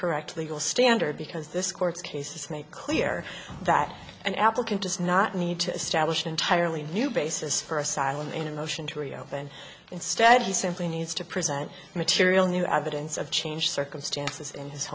correct legal standard because this court's case is made clear that an applicant does not need to establish an entirely new basis for asylum in a motion to reopen instead he simply needs to present material new evidence of change circumstances in his